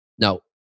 no